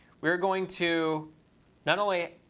we're going to not only